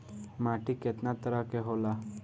माटी केतना तरह के होला?